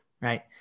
right